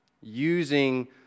using